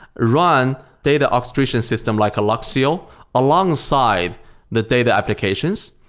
run data orchestration system like alluxio alongside the data applications.